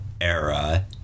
era